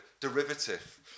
derivative